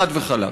חד וחלק.